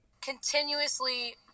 continuously